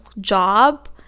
job